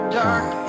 dark